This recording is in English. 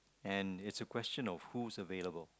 and it's a question of who's available